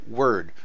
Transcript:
word